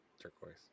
turquoise